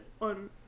on